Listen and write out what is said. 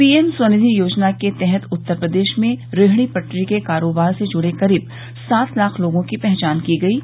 P M Svanidhi योजना के तहत उत्तर प्रदेश में रेहड़ी पटरी के कारोबार से जुड़े करीब सात लाख लोगों की पहचान की गई है